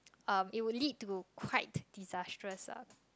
um it would like to quite disastrous uh